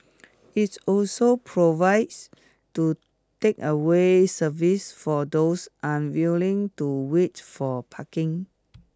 it's also provides to takeaway service for those unwilling to wait for parking